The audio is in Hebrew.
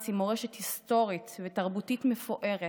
עם מורשת היסטורית ותרבותית מפוארת,